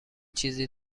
چیزی